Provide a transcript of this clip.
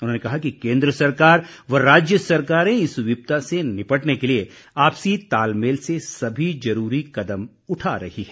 उन्होंने कहा कि केंद्र सरकार व राज्य सरकारें इस विपदा से निपटने के लिए आपसी तालमेल से सभी जरूरी कदम उठा रही है